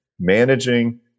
managing